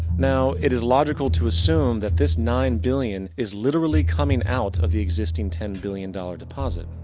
now, it is logical to assume, that this nine billion is literally coming out of the existing ten billion dollar deposit.